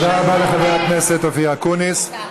תודה רבה לחבר הכנסת אופיר אקוניס,